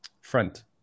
front